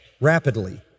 rapidly